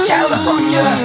California